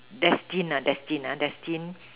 destine destine destine